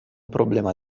problema